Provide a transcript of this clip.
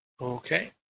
Okay